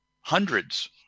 hundreds